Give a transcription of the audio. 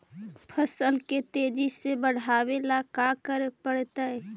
फसल के तेजी से बढ़ावेला का करे पड़तई?